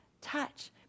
touch